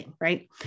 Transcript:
right